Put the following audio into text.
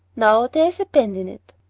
now there is a bend in it.